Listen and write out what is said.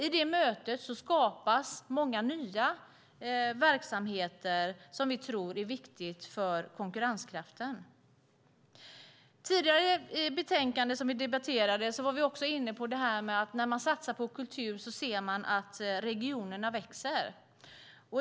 I det mötet skapas många nya verksamheter, vilket vi tror är viktigt för konkurrenskraften. I det betänkande som vi debatterade tidigare var vi inne på detta att när man satsar på kultur ser man att regionerna växer.